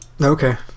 Okay